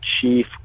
chief